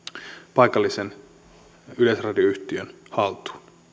paikallisen yleisradioyhtiön haltuun